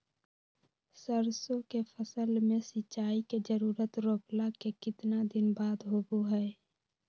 सरसों के फसल में सिंचाई के जरूरत रोपला के कितना दिन बाद होबो हय?